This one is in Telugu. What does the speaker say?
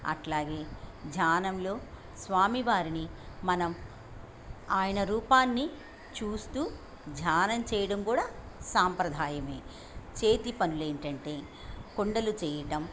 అట్లాగే ధ్యానంలో స్వామివారిని మనం ఆయన రూపాన్ని చూస్తూ ధ్యానం చేయడం కూడా సాంప్రదాయమే చేతి పనులేంటంటే కుండలు చేయటం